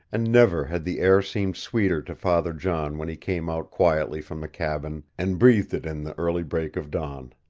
and never had the air seemed sweeter to father john when he came out quietly from the cabin and breathed it in the early break of dawn.